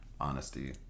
honesty